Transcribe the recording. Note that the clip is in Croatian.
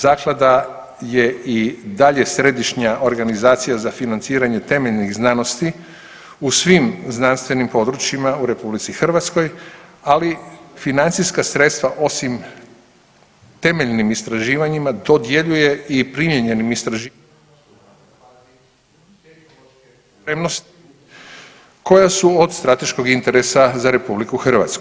Zaklada je i dalje središnja organizacija za financiranje temeljnih znanosti u svim znanstvenim područjima u RH, ali financijska sredstva osim temeljnim istraživanjima dodjeljuje i primijenjenim … [[Govornik nije uključen.]] koja su od strateškog interesa za RH.